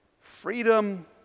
Freedom